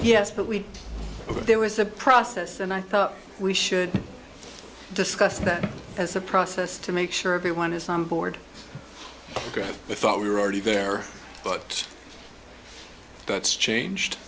yes but we were there was a process and i thought we should discuss that as a process to make sure everyone is on board i thought we were already there but that's changed